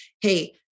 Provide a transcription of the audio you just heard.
Hey